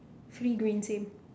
three green same